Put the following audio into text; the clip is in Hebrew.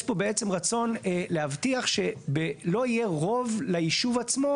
יש פה בעצם רצון להבטיח שלא יהיה רוב ליישוב עצמו.